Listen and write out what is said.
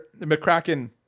McCracken